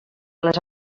les